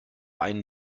einen